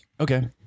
Okay